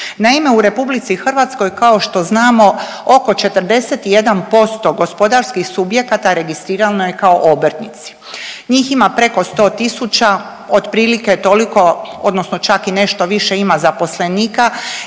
Naime, u Republici Hrvatskoj kao što znamo oko 41% gospodarskih subjekata registrirano je kao obrtnici. Njih ima preko 100%, otprilike toliko odnosno čak i nešto više ima zaposlenika